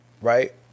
right